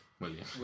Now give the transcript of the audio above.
William